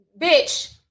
bitch